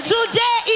Today